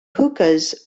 hookahs